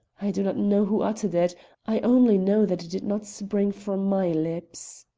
i do not know who uttered it i only know that it did not spring from my lips.